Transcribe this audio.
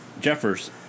Jeffers